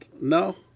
No